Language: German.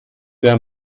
der